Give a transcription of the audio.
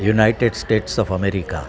United States of America